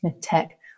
tech